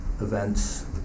events